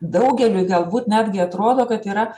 daugeliui galbūt netgi atrodo kad yra